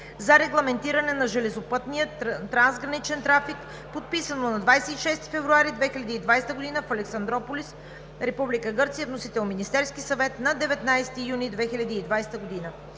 за регламентиране на железопътния трансграничен трафик, подписано на 26 февруари 2020 г. в гр. Александруполис, Република Гърция. Вносител – Министерският съвет, 19 юни 2020 г.